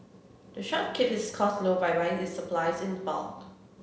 the shop keep its costs low by buying its supplies in bulk